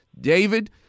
David